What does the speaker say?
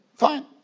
Fine